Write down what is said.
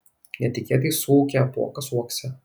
netikėtai suūkia apuokas uokse